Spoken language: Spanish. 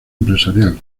empresarial